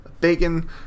Bacon